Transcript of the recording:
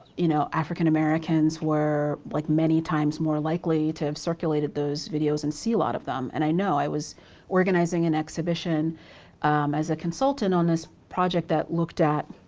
you know, african americans were like many times more likely to have circulated those videos and see a lot of them. and i know, i was organizing an exhibition as a consultant on this project that looked at